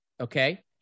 Okay